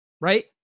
right